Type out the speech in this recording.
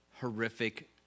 horrific